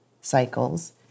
cycles